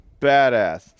badass